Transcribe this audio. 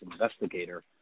investigator